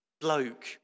bloke